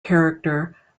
character